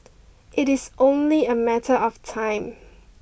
it is only a matter of time